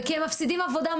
וכי הם מפסידים מלא עבודה,